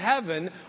heaven